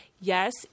yes